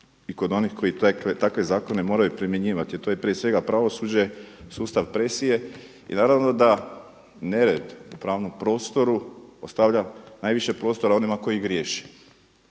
i kod onih koji takve zakone moraju primjenjivati, a to je prije svega pravosuđe, sustav presije. I naravno da nered u pravnom prostoru ostavlja najviše prostora onima koji griješe